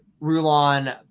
Rulon